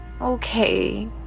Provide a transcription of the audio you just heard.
Okay